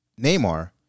Neymar